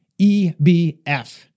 EBF